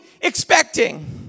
expecting